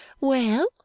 Well